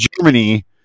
Germany